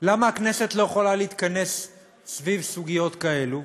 למה הכנסת לא יכולה להתכנס סביב סוגיות כאלה?